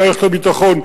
למערכת הביטחון,